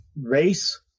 race